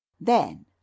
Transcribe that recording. Then